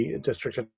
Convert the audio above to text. district